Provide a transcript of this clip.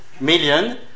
Million